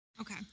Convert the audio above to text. Okay